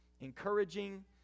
encouraging